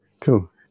Cool